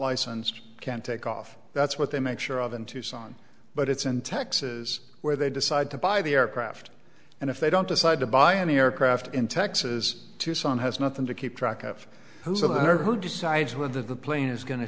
licensed can't takeoff that's what they make sure of in tucson but it's in texas where they decide to buy the aircraft and if they don't decide to buy an aircraft in texas tucson has nothing to keep track of who so who decides whether the plane is going to